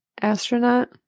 astronaut